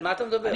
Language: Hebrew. על מה אתה מדבר?